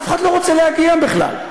אף אחד לא רוצה להגיע בכלל.